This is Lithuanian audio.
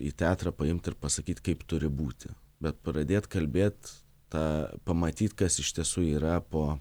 į teatrą paimt ir pasakyt kaip turi būti bet pradėt kalbėt tą pamatyt kas iš tiesų yra po